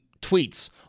tweets